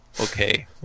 Okay